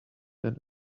than